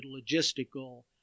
logistical